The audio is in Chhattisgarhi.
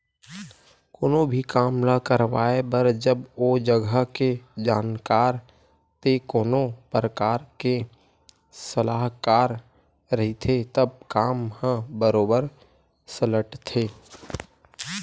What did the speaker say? कोनो भी काम ल करवाए बर जब ओ जघा के जानकार ते कोनो परकार के सलाहकार रहिथे तब काम ह बरोबर सलटथे